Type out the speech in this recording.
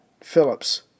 Phillips